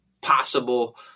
possible